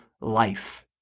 life